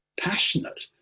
passionate